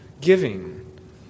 giving